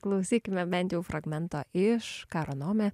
klausykime bent jau fragmentą iš karonome